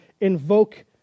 invoke